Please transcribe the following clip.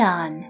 on